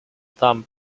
some